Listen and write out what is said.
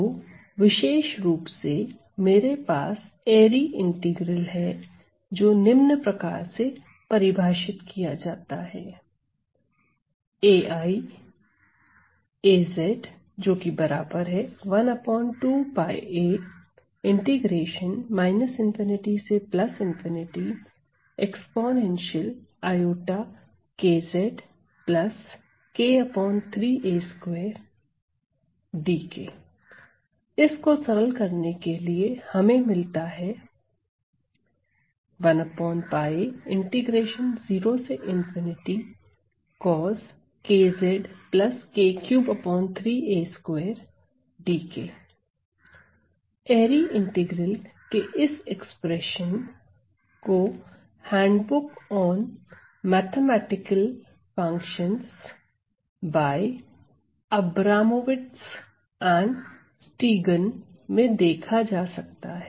तो विशेष रूप से मेरे पास एरी इंटीग्रल है जो निम्न प्रकार से परिभाषित किया जाता है इस को सरल करने से हमें मिलता है एरी इंटीग्रल के इस एक्सप्रेशन को handbook on mathematical functions by Abramowitz and Stegun में देखा जा सकता है